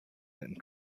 and